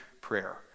prayer